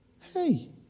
hey